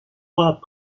mois